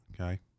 okay